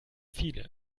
viele